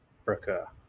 Africa